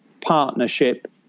partnership